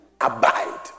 abide